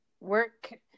work